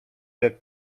jak